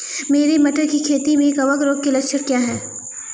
मेरी मटर की खेती में कवक रोग के लक्षण क्या हैं?